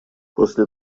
после